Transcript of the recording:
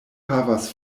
havas